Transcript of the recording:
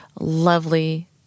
lovely